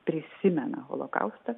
prisimena holokaustą